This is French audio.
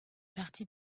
partie